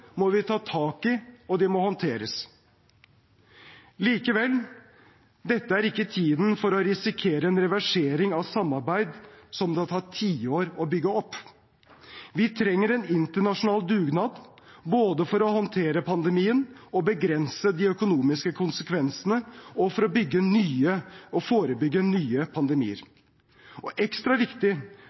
må vi ta tak i, og de må håndteres. Likevel: Dette er ikke tiden for å risikere en reversering av samarbeid som det har tatt tiår å bygge opp. Vi trenger en internasjonal dugnad, både for å håndtere pandemien og begrense de økonomiske konsekvensene, og for å forebygge nye